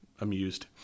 amused